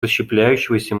расщепляющегося